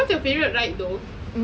what's your favourite ride though